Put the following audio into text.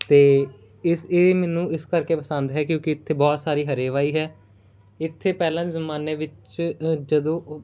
ਅਤੇ ਇਸ ਇਹ ਮੈਨੂੰ ਇਸ ਕਰਕੇ ਪਸੰਦ ਹੈ ਕਿਉਂਕਿ ਇੱਥੇ ਬਹੁਤ ਸਾਰੀ ਹਰੇਵਾਈ ਹੈ ਇੱਥੇ ਪਹਿਲਾਂ ਦੇ ਜ਼ਮਾਨੇ ਵਿੱਚ ਜਦੋਂ